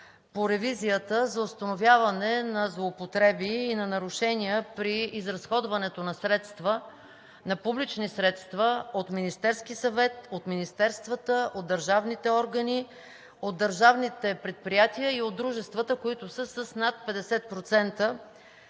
по ревизията за установяване на злоупотреби и на нарушения при изразходването на средства, на публични средства от Министерския съвет, от министерствата, от държавните органи, от държавните предприятия и от дружествата, които са с над 50%